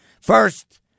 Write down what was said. First